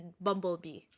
Bumblebee